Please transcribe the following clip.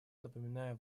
напоминаю